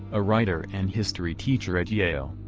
a writer and history teacher at yale,